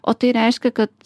o tai reiškia kad